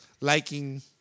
liking